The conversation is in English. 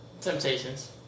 Temptations